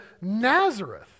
Nazareth